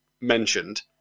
mentioned